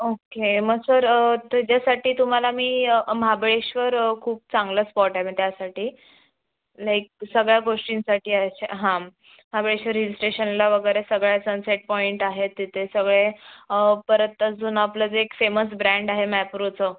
okay मग sir त्याच्यासाठी तुम्हाला मी महाबळेश्वर खूप चांगला स्पॉट आहे मग त्यासाठी लाईक सगळ्या गोष्टींसाठी आहे महाबळेश्वर हिल स्टेशनला वगैरे सगळं आहे सन सेट पॉईंट आहे तिथे सगळे परत अजून आपलं जे एक फेमस ब्रँड आहे मॅप्रोचं